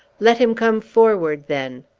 let him come forward, then!